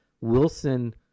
Wilson